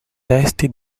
testi